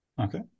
Okay